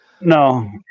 No